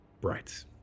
bright